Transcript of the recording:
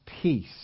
peace